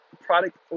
product